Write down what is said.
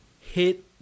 hit